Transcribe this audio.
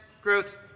growth